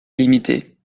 limitée